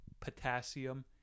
potassium